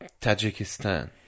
Tajikistan